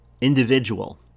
individual